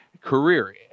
career